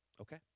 okay